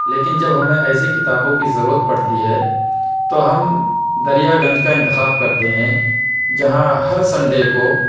لیکن جب ہمیں ایسی کتابوں کی ضرورت پڑتی ہے تو ہم دریا گنج کا انتخاب کرتے ہیں جہاں ہر سنڈے کو